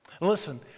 Listen